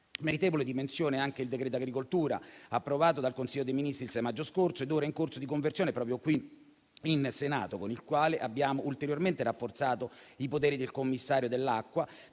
Meritevole di menzione è anche il decreto agricoltura, approvato dal Consiglio dei ministri il 6 maggio scorso ed ora in corso di conversione proprio qui in Senato, con il quale abbiamo ulteriormente rafforzato i poteri del commissario dell'acqua,